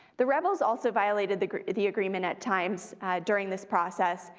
the rebels also violated the the agreement at times during this process,